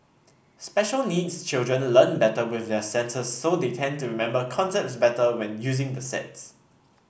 special needs children learn better with their senses so they tend to remember concepts better when using the sets